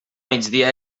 migdia